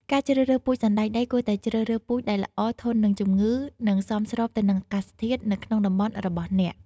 ការជ្រើសរើសពូជសណ្តែកដី គួរតែជ្រើសរើសពូជដែលល្អ ធន់នឹងជំងឺ និងសមស្របទៅនឹងអាកាសធាតុនៅក្នុងតំបន់របស់អ្នក។